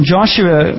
Joshua